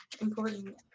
important